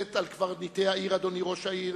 המוטלת על קברניטי העיר, אדוני ראש העיר,